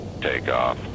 takeoff